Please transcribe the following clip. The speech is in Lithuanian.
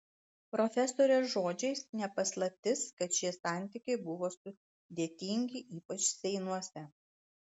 profesorės žodžiais ne paslaptis kad šie santykiai buvo sudėtingi ypač seinuose